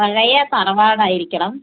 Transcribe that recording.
പഴയ തറവാടായിരിക്കണം